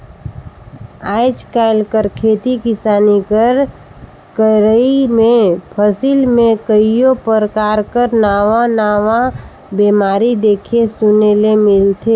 आएज काएल कर खेती किसानी कर करई में फसिल में कइयो परकार कर नावा नावा बेमारी देखे सुने ले मिलथे